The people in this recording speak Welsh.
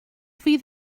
fydd